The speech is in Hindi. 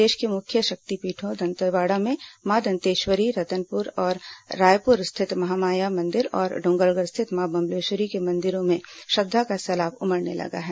प्रदेश की प्रमुख शक्तिपीठों दंतेवाड़ा में मां दंतेश्वरी रतनपुर और रायपुर स्थित महामाया मंदिर और डोंगरगढ़ स्थित मां बम्लेश्वरी के मंदिर में श्रद्वा का सैलाब उमड़ने लगा है